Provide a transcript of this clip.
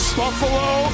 buffalo